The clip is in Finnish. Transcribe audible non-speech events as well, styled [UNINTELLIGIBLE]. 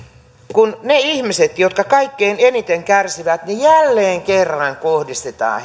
kun niihin ihmisiin jotka kaikkein eniten kärsivät jälleen kerran kohdistetaan [UNINTELLIGIBLE]